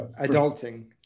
adulting